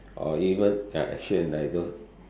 or even action like those